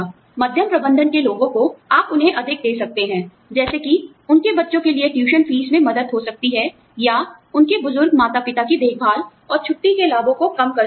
मध्यम प्रबंधन के लोगो को आप उन्हें अधिक दे सकते हैं जैसे कि उनके बच्चों के लिए ट्यूशन फीस में मदद हो सकती है या उनके बुजुर्ग बूढ़े माता पिता की देखभाल और छुट्टी के लाभों को कम कर सकते हैं